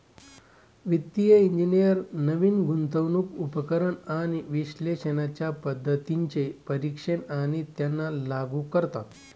वित्तिय इंजिनियर नवीन गुंतवणूक उपकरण आणि विश्लेषणाच्या पद्धतींचे परीक्षण आणि त्यांना लागू करतात